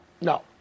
No